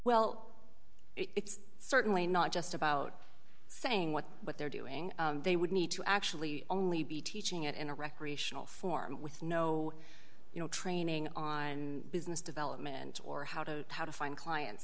well it's certainly not just about saying what what they're doing they would need to actually only be teaching it in a recreational form with no you know training on business development or how to how to find clients